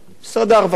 ביטוח לאומי,